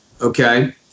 Okay